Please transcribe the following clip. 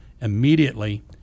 immediately